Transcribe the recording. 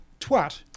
twat